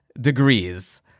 degrees